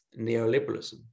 neoliberalism